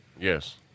Yes